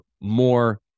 more